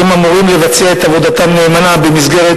שאמורים לבצע את עבודתם נאמנה במסגרת